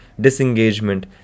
disengagement